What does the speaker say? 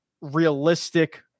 realistic